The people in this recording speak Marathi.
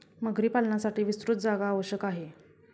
मगरी पालनासाठी विस्तृत जागा आवश्यक आहे